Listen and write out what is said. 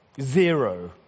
Zero